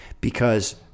because-